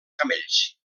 camells